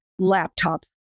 laptops